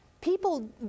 people